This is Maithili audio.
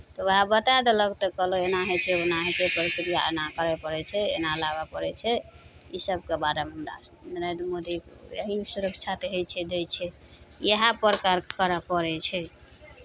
तऽ उएह बता देलक तऽ कहलक एना होइ छै ओना होइ छै प्रक्रिया एना करय पड़ै छै एना लागय पड़ै छै इसभके बारेमे हमरा सभकेँ नरेन्द्र मोदी यही सुरक्षा कहै छै दै छै इएह प्रकार करय पड़ै छै